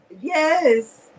Yes